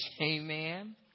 Amen